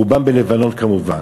רובם בלבנון כמובן,